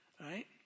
right